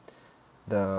the